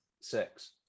Six